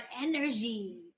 energy